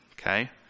okay